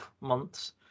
months